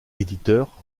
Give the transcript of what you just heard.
éditeurs